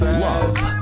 love